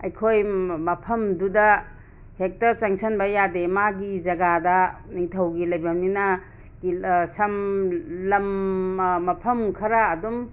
ꯑꯩꯈꯣꯏ ꯃꯐꯝꯗꯨꯗ ꯍꯦꯛꯇ ꯆꯪꯁꯟꯕ ꯌꯥꯗꯦ ꯃꯥꯒꯤ ꯖꯒꯥꯗ ꯅꯤꯡꯊꯧꯒꯤ ꯂꯩꯐꯝꯅꯤꯅ ꯁꯝ ꯂꯝꯃ ꯃꯐꯝ ꯈꯔ ꯑꯗꯨꯝ